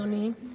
אדוני,